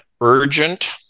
urgent